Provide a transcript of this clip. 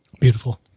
Beautiful